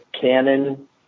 canon